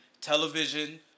television